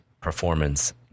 performance